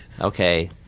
Okay